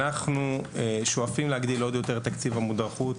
אנחנו שואפים להגדיל עוד יותר את תקציב המודרכות.